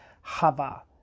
Hava